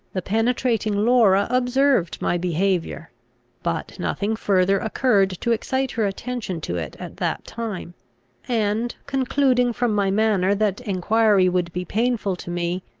the penetrating laura observed my behaviour but nothing further occurred to excite her attention to it at that time and, concluding from my manner that enquiry would be painful to me,